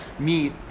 Meet